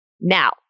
Now